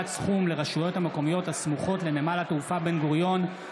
סכום לרשויות המקומיות הסמוכות לנמל התעופה בן-גוריון),